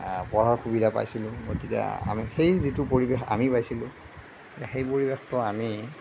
পঢ়াৰ সুবিধা পাইছিলোঁ গতিকে আমি সেই যিটো পৰিৱেশ আমি পাইছিলোঁ সেই পৰিৱেশটো আমি